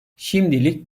şimdilik